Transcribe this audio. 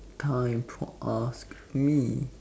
time to ask me